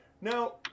now